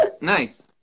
Nice